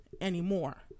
anymore